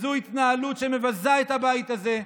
זו התנהלות שמבזה את הבית הזה,